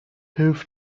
hilf